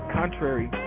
contrary